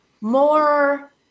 more